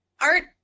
art